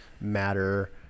matter